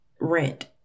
rent